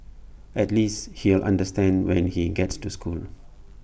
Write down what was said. at least he'll understand when he gets to school